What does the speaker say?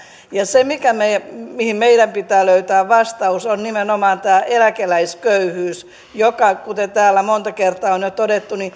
se mihin meidän pitää löytää vastaus on nimenomaan tämä eläkeläisköyhyys joka kuten täällä monta kertaa on jo todettu